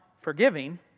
forgiving